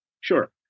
Sure